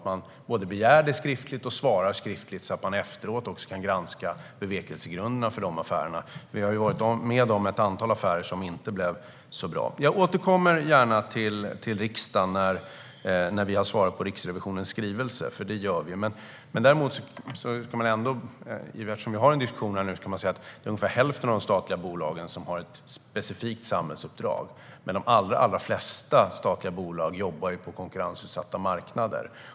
Man ska begära det skriftligt och svara skriftligt, så att bevekelsegrunderna för affärerna kan granskas efteråt. Vi har ju varit med om ett antal affärer som inte har blivit särskilt bra. Jag återkommer gärna till riksdagen när vi har svarat på Riksrevisionens skrivelse. Det ska vi nämligen göra. Eftersom vi har en diskussion om det här nu kan jag säga att det är ungefär hälften av de statliga bolagen som har ett specifikt samhällsuppdrag. Men de allra flesta av de statliga bolagen jobbar på konkurrensutsatta marknader.